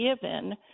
given –